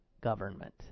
government